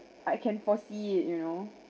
I can foresee it you know